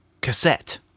cassette